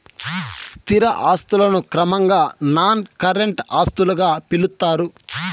స్థిర ఆస్తులను క్రమంగా నాన్ కరెంట్ ఆస్తులుగా పిలుత్తారు